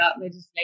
legislation